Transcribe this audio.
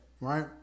right